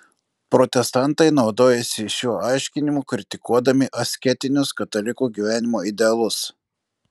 protestantai naudojasi šiuo aiškinimu kritikuodami asketinius katalikų gyvenimo idealus